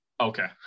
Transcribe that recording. okay